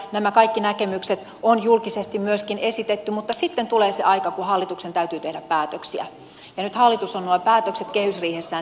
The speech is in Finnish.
nämä kaikki näkemykset on julkisesti myöskin esitetty mutta sitten tulee se aika kun hallituksen täytyy tehdä päätöksiä ja nyt hallitus on nuo päätökset kehysriihessään tehnyt